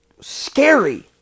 scary